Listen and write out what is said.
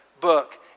book